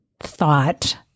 thought